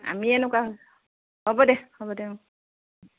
আমি এনেকুৱা হ'ব দে হ'ব দে অঁ